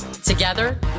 Together